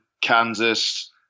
Kansas